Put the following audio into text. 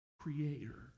creator